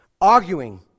Arguing